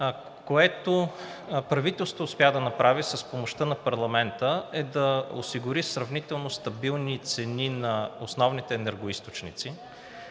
което правителството успя да направи с помощта на парламента, е да осигури сравнително стабилни цени на основните енергоизточници.